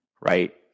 right